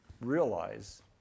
realize